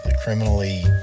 Criminally